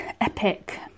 epic